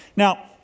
Now